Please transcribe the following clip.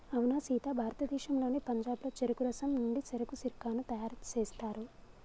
అవునా సీత భారతదేశంలోని పంజాబ్లో చెరుకు రసం నుండి సెరకు సిర్కాను తయారు సేస్తారు